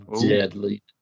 Deadly